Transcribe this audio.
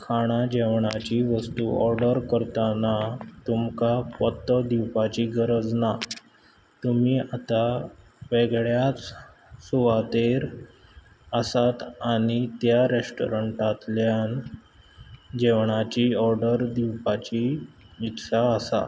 खाणा जेवणाची वस्तू ऑर्डर करताना तुमकां पोत्तो दिवपाची गरज ना तुमी आतां वेगळ्याच सुवातेर आसात आनी त्या रॅस्टोरंटातल्यान जेवणाची ऑर्डर दिवपाची इत्सा आसा